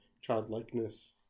childlikeness